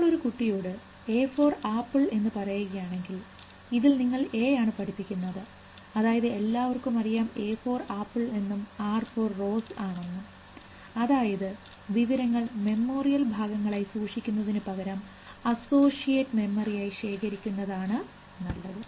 നിങ്ങൾ ഒരു കുട്ടിയോടു എ ഫോർ ആപ്പിൾ എന്ന് പറയുകയാണെങ്കിൽ ഇതിൽ നിങ്ങൾ ഏ ആണ് പഠിപ്പിക്കുന്നത് അതായത് എല്ലാവർക്കുമറിയാം ഏ ഫോർ ആപ്പിൾ എന്നും ആർ ഫോർ റോസ് ആണെന്നും അതായത് വിവരങ്ങൾ മെമ്മോറിയൽ ഭാഗങ്ങളായി സൂക്ഷിക്കുന്നതിനു പകരം അസോഷ്യേറ്റ് മെമ്മറി ആയി ശേഖരിക്കുന്ന അതാണ് നല്ലത്